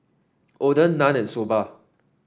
Oden Naan and Soba